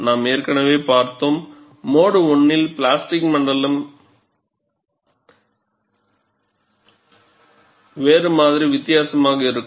நாம் ஏற்கனவே பார்த்தோம் மோடு 1 ல் பிளாஸ்டிக் மண்டலம் வேறு மாதிரி வித்தியாசமாக இருக்கும்